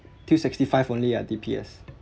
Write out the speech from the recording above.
till sixty five only ah D_P_S